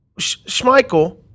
Schmeichel